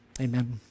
amen